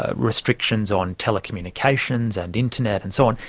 ah restrictions on telecommunications and internet and so on.